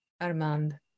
Armand